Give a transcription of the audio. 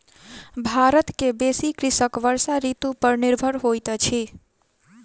भारत के बेसी कृषक वर्षा ऋतू पर निर्भर होइत अछि